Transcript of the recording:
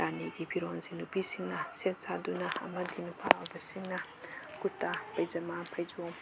ꯔꯥꯅꯤꯒꯤ ꯐꯤꯔꯣꯟꯁꯤ ꯅꯨꯄꯤꯁꯤꯡꯅ ꯁꯦꯠ ꯆꯥꯗꯨꯅ ꯑꯃꯗꯤ ꯅꯨꯄꯥ ꯑꯣꯏꯕꯁꯤꯡꯅ ꯀꯨꯔꯇꯥ ꯄꯥꯏꯖꯃꯥ ꯐꯩꯖꯣꯝ